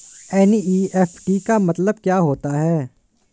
NEFT का मतलब क्या होता है?